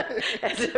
..